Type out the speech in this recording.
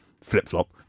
flip-flop